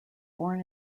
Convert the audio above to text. born